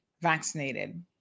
vaccinated